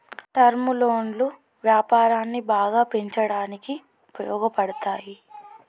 term లోన్లు వ్యాపారాన్ని బాగా పెంచడానికి ఉపయోగపడతాయి